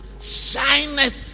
shineth